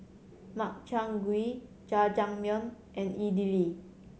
Makchang Gui Jajangmyeon and Idili